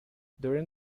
during